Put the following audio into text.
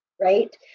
right